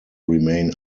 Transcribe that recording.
remain